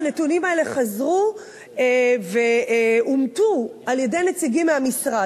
הנתונים האלה חזרו ואומתו על-ידי נציגים מהמשרד.